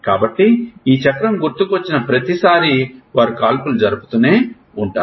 కాబట్టి ఈ చక్రం గుర్తుకు వచ్చిన ప్రతిసారీ వారు కాల్పులు జరుపుతూ ఉంటారు